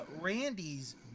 Randy's